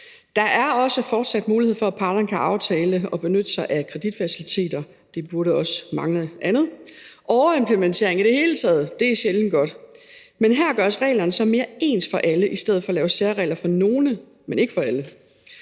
Der er også fortsat mulighed for, at parterne kan lave aftaler og benytte sig af kreditfaciliteter. Det manglede da bare. Overimplementering i det hele taget er sjældent godt. Men her gøres reglerne så mere ens for alle i stedet for at lave særregler for nogle, men ikke for andre.